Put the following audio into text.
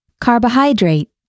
Carbohydrate